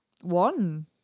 One